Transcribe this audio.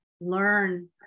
learn